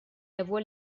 avoit